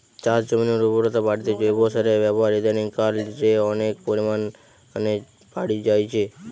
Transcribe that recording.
চাষজমিনের উর্বরতা বাড়িতে জৈব সারের ব্যাবহার ইদানিং কাল রে অনেক পরিমাণে বাড়ি জাইচে